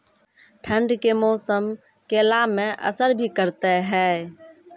ठंड के मौसम केला मैं असर भी करते हैं?